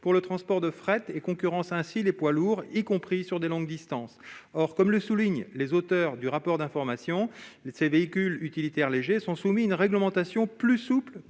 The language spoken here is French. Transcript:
pour le transport de fret et concurrencent ainsi les poids lourds, y compris sur les longues distances. Comme le soulignent les auteurs du rapport d'information précité, « les VUL sont soumis à une réglementation plus souple